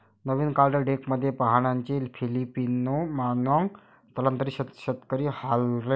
नवीन card डेकमध्ये फाहानचे Filipino Manong स्थलांतरित शेतकरी हार्लेम